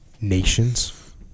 nations